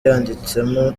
yanditsemo